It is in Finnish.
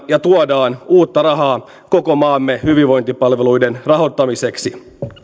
ja tuodaan uutta rahaa koko maamme hyvinvointipalveluiden rahoittamiseksi